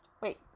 Wait